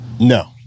No